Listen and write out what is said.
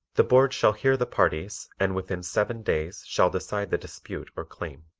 the board shall hear the parties and within seven days shall decide the dispute or claim.